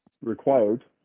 required